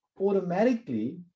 automatically